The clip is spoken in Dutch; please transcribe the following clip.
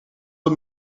wat